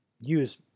use